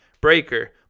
Breaker